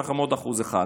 אחר כך 53%,